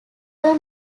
were